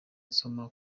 nsoma